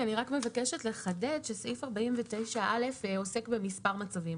מבקשת לחדד שסעיף 49א עוסק במספר מצבים.